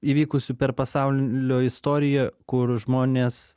įvykusių per pasaulio istoriją kur žmonės